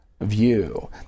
view